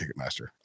Ticketmaster